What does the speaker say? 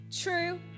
true